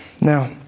Now